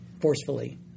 forcefully